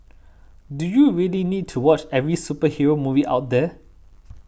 do you really need to watch every superhero movie out there